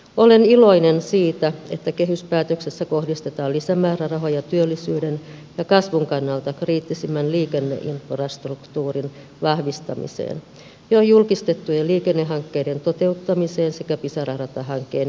olen iloinen siitä että kehyspäätöksessä kohdistetaan lisämäärärahoja työllisyyden ja kasvun kannalta kriittisimmän liikenneinfrastruktuurin vahvistamiseen jo julkistettujen liikennehankkeiden toteuttamiseen sekä pisara ratahankkeen etenemiseen